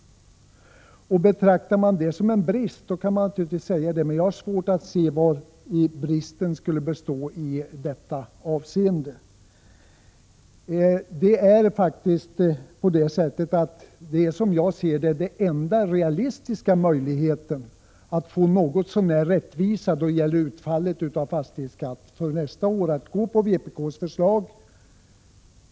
Betraktar man det som en brist må man säga det, men jag har svårt att se vari bristen skulle bestå. Vpk:s förslag innebär, som jag ser det, den enda realistiska möjligheten att något så när få rättvisa då det gäller utfallet av fastighetsskatt för nästa år.